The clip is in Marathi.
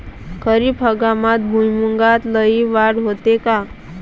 खरीप हंगामात भुईमूगात लई वाढ होते का?